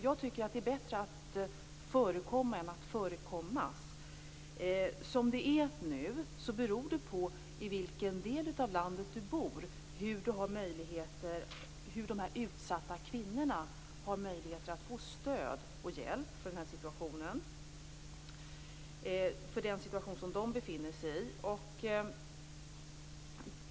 Jag tycker att det är bättre att förekomma än att förekommas. Som det är nu beror det på vilken del av landet de här utsatta kvinnorna bor i vad de har för möjligheter att få stöd och hjälp i den situation som de befinner sig i.